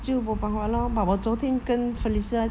就 lor but 我昨天跟 felicia